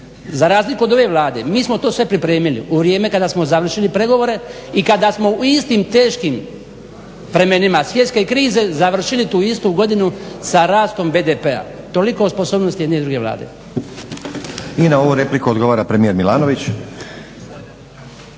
Za razliku od ove Vlade mi smo to sve pripremili u vrijeme kada smo završili pregovore i kada smo u istim teškim vremenima svjetske krize završili tu istu godinu sa rastom BDP-a. Toliko o sposobnosti jedne i druge vlade. **Stazić, Nenad (SDP)** I na ovu repliku odgovara premijer Milanović.